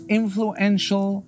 influential